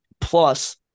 Plus